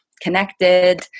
connected